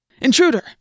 Intruder